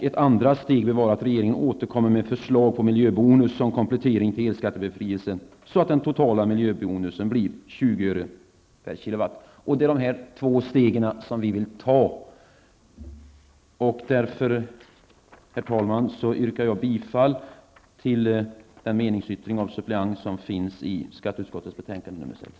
Ett andra steg bör vara att regeringen återkommer med ett förslag om miljöbonus som komplettering till elskattebefrielsen, så att den totala miljöbonusen blir 20 öre/kWh. Det är dessa två steg som vi vill ta. Därför, herr talman, yrkar jag bifall till den meningsyttring av suppleant som finns fogad till skatteutskottets betänkande nr 6.